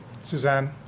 Suzanne